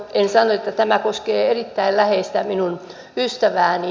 en sano että tämä koskee erittäin läheistä minun ystävääni